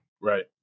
Right